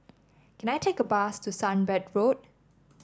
can I take a bus to Sunbird Road